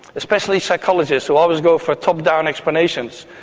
especially psychologists who always go for top-down explanations,